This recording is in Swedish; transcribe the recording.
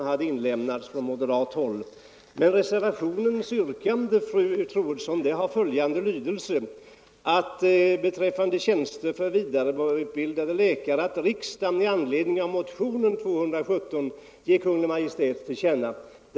Men i er reservation uttalas ju att utskottets hemställan under punkten 1 bort ha följande lydelse: ”beträffande tjänster för vidareutbildade läkare att riksdagen i anledning av motionen 1974:217 ger Kungl. Maj:t till känna vad utskottet anfört”.